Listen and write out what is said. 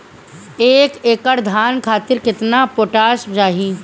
एक एकड़ धान खातिर केतना पोटाश चाही?